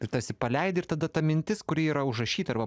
ir tarsi paleidi ir tada ta mintis kuri yra užrašyta arba